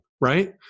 right